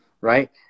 right